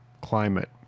climate